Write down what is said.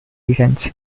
reasons